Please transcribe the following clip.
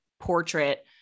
portrait